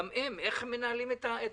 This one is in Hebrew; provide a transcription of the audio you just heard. גם הם, איך הם מנהלים את הרשות?